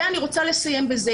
אני רוצה לסיים בזה,